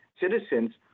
citizens